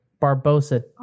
Barbosa